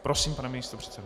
Prosím, pane místopředsedo.